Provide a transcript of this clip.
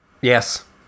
Yes